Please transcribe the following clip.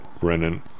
Brennan